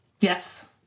Yes